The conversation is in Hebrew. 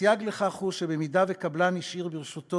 הסייג לכך הוא שבמידה שקבלן השאיר ברשותו